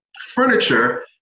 furniture